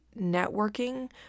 networking